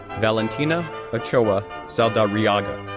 valentina ochoa saedarriaga,